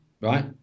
right